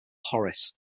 horace